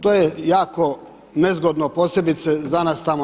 To je jako nezgodno posebice za nas tamo.